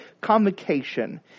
convocation